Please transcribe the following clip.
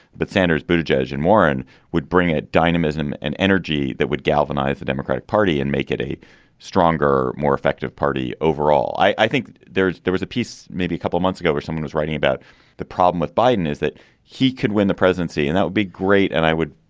but sanders, but judge and warren would bring it dynamism and energy that would galvanize the democratic party and make it a stronger, more effective party. overall, i think there there was a piece maybe a couple of months ago where someone was writing about the problem with biden is that he could win the presidency and that would be great. and i would,